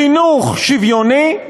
חינוך שוויוני,